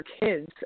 kids